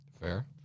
Fair